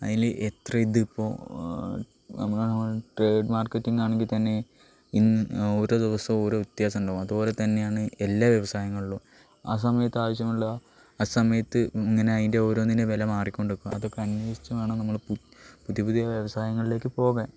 അതിൽ എത്ര ഇതിപ്പോൾ നമ്മൾ ട്രേഡ് മാർക്കറ്റിംഗ് ആണെങ്കിൽതന്നെ ഇന്ന് ഓരോ ദിവസവും ഓരോ വ്യത്യാസം ഉണ്ടാവും അതുപോലെ തന്നെയാണ് എല്ലാ വ്യവസായങ്ങളിലും ആ സമയത്ത് ആവശ്യമുള്ള ആ സമയത്ത് ഇങ്ങനെ അതിൻ്റെ ഓരോന്നിൻ്റെ വില മാറിക്കൊണ്ടിരിക്കും അതൊക്കെ അന്വേഷിച്ചു വേണം നമ്മൾ പുതിയ പുതിയ വ്യവസായങ്ങളിലേക്ക് പോകാൻ